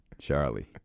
Charlie